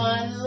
One